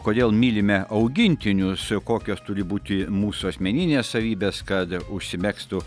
kodėl mylime augintinius kokios turi būti mūsų asmeninės savybės kad užsimegztų